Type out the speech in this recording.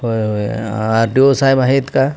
होय होय R T O साहेब आहेत का